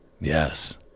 Yes